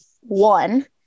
one